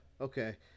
Okay